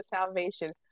salvation